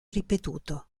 ripetuto